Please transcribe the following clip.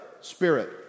spirit